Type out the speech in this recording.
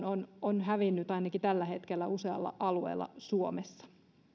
on lähestulkoon hävinnyt ainakin tällä hetkellä usealla alueella suomessa